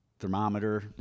thermometer